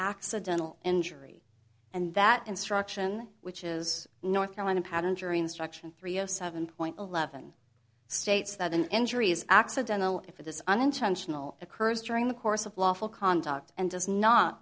accidental injury and that instruction which is north carolina pattern jury instruction three zero seven point zero eleven states that an injury is accidental if it is unintentional occurs during the course of lawful conduct and does not